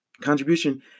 Contribution